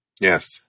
Yes